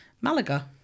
Malaga